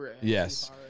Yes